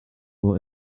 will